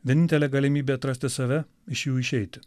vienintelė galimybė atrasti save iš jų išeiti